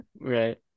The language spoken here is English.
Right